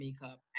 makeup